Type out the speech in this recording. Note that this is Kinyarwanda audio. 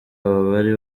abari